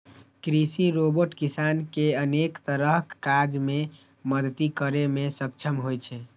कृषि रोबोट किसान कें अनेक तरहक काज मे मदति करै मे सक्षम होइ छै